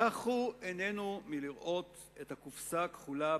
טחו עינינו מלראות את הקופסה הכחולה,